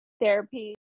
therapy